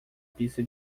pista